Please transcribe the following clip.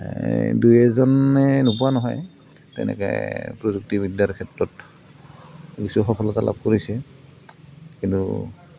এ দুই এজনে নোপোৱা নহয় তেনেকৈ প্ৰযুক্তিবিদ্যাৰ ক্ষেত্ৰত কিছু সফলতা লাভ কৰিছে কিন্তু